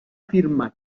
afirmar